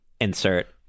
insert